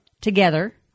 together